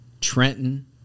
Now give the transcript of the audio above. Trenton